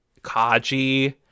Kaji